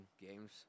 games